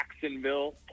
Jacksonville